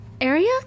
area